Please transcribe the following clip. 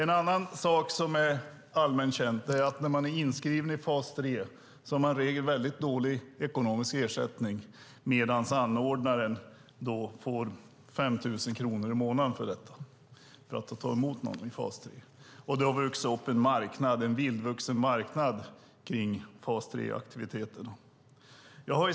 Något som också är allmänt känt är att när man är inskriven i fas 3 har man i regel mycket dålig ekonomisk ersättning medan anordnaren får 5 000 kronor i månaden för att ta emot någon i fas 3. Det finns en vildvuxen marknad kring fas 3-aktiviteterna.